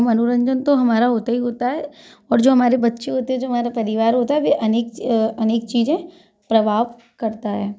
मनोरंजन तो हमारा होता ही होता है और जो हमारे बच्चे होते हैं जो हमारा परिवार होता है वे अनेक च अ अनेक चीजें प्रभाव करता है